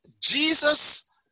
Jesus